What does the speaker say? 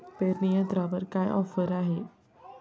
पेरणी यंत्रावर काय ऑफर आहे?